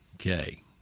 Okay